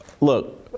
Look